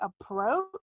approach